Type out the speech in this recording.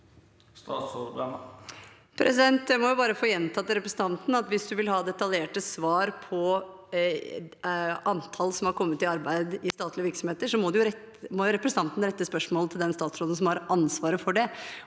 Jeg må bare få gjenta til representanten Stokkebø at hvis han vil ha detaljerte svar på antall som har kommet i arbeid i statlige virksomheter, må han rette spørsmålet til den statsråden som har ansvaret for det,